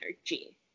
energy